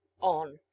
on